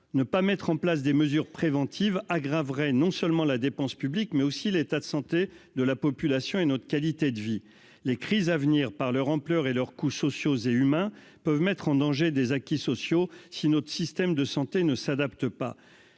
ne pas mettre en place des mesures préventives aggraverait non seulement la dépense publique, mais aussi l'état de santé de la population et notre qualité de vie, les crises à venir, par leur ampleur et leurs coûts sociaux et humains peuvent mettre en danger des acquis sociaux, si notre système de santé ne s'adapte pas